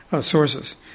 sources